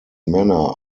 manner